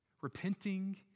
Repenting